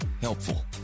helpful